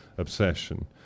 obsession